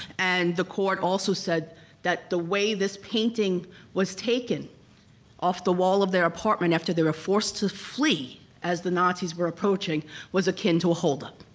and the court also said that the way this painting was taken off the wall of their apartment after they were forced to flee as the nazis were approaching was akin to a holdup.